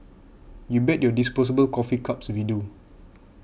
you bet your disposable coffee cups we do